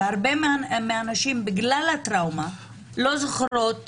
בגלל הטראומה, הרבה נשים לא זוכרות